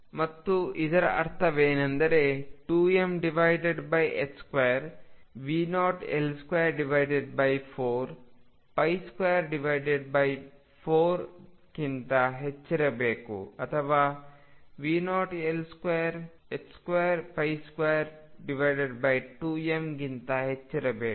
ಮತ್ತು ಇದರ ಅರ್ಥವೇನೆಂದರೆ 2m2 V0L24 24ಕ್ಕಿಂತ ಹೆಚ್ಚಿರಬೇಕು ಅಥವಾ V0L2222m ಗಿಂತ ಹೆಚ್ಚಿರಬೇಕು